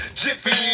jiffy